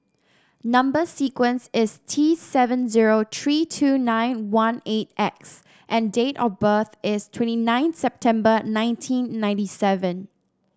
number sequence is T seven zero three two nine one eight X and date of birth is twenty nine September nineteen ninety seven